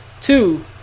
Two